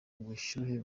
ubushyuhe